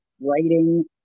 writing